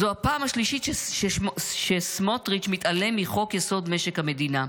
זו הפעם השלישית שסמוטריץ' מתעלם מחוק-יסוד: משק המדינה,